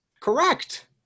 Correct